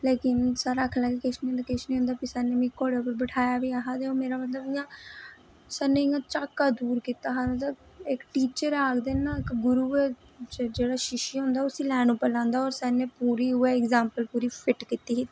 लेकिन सर आखन लगे किश निं होंदा किश निं होंदाकुसै ने मिगी घोड़े पर बिठाया बी ऐ हा मेरा मतलब इयां सर ने ओह् कीता उत्थै अस सारें कोला पैह्लैं जिसलै अस पुज्जे पैह्लैं इयां थोह्ड़ा ग्रुप फोटो लेई लैते फ्ही असें योगा कीता प्ही जिसलै योगा शोगा करी लैताते फ्ही